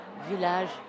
Village